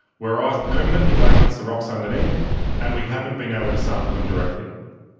where ice permanently blankets the rocks underneath and we haven't been able to sample them directly.